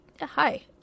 hi